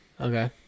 Okay